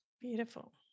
Beautiful